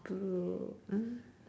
blow uh